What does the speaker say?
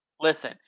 Listen